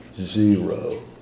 zero